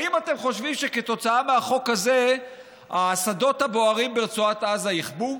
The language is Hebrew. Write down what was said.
האם אתם חושבים שכתוצאה מהחוק הזה השדות הבוערים ברצועת עזה יכבו?